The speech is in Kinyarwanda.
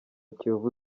kiyovu